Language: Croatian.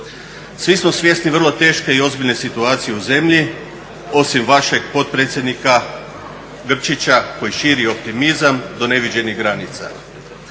Svi smo svjesni vrlo teške i ozbiljne situacije u zemlji osim vašeg potpredsjednika Grčića koji širi optimizam do neviđenih granica.